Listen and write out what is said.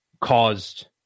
caused